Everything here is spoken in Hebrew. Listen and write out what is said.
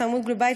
התחממות גלובלית,